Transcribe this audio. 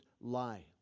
lie